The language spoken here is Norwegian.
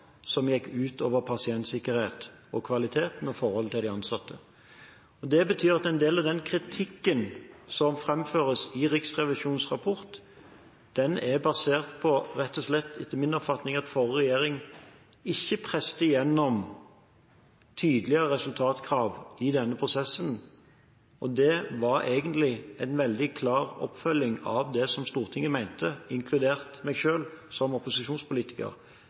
som gikk ut over pasientsikkerhet, kvalitet og forholdet til de ansatte. Det betyr at en del av den kritikken som framføres i Riksrevisjonens rapport, etter min oppfatning rett og slett er basert på at ikke forrige regjering presset gjennom tydeligere resultatkrav i denne prosessen. Det var egentlig en veldig klar oppfølging av det som Stortinget mente, inkludert meg selv som opposisjonspolitiker.